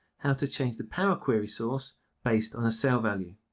how to change the power query source based on a cell value.